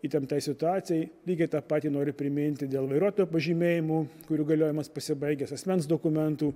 įtemptai situacijai lygiai tą patį noriu priminti dėl vairuotojo pažymėjimų kurių galiojimas pasibaigęs asmens dokumentų